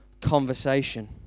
conversation